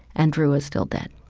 and drew is still dead